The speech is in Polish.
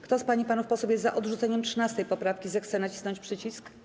Kto z pań i panów posłów jest za odrzuceniem 13. poprawki, zechce nacisnąć przycisk.